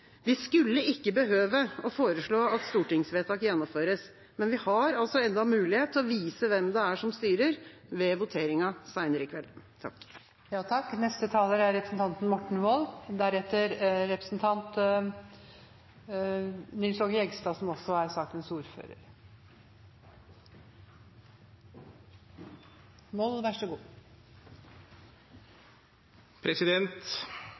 vi skulle ikke behøve å foreslå at stortingsvedtak gjennomføres. Men vi har altså ennå mulighet til å vise hvem det er som styrer, ved voteringa seinere i kveld. Steinberg er et lite og